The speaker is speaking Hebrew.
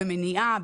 במניעה,